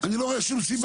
אני לא רואה שום סיבה.